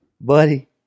buddy